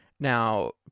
Now